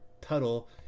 Tuttle